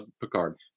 Picard